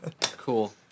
Cool